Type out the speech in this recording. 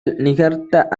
நிகர்த்த